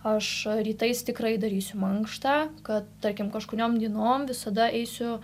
aš rytais tikrai darysiu mankštą kad tarkim kažkuriom dienom visada eisiu